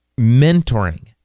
mentoring